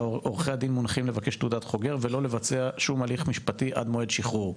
עו״ד מונחים לבקש תעודת חוגר ולא לבצע שום הליך משפטי עד מועד שחרורו.